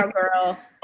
girl